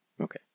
Okay